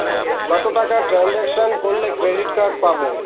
কত টাকা ট্রানজেকশন করলে ক্রেডিট কার্ড পাবো?